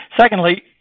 Secondly